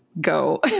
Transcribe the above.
go